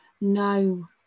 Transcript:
no